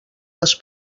les